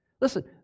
Listen